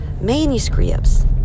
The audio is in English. manuscripts